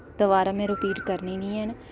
दबारा में रिपीट करने नेईं हैन